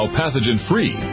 pathogen-free